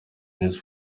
news